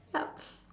such